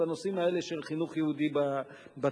בנושאים האלה של חינוך יהודי בתפוצות.